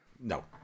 no